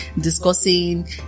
discussing